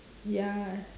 ya